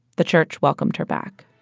the church welcomed her back